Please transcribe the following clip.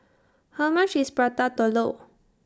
How much IS Prata Telur